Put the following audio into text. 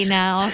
now